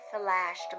flashed